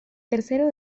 tercero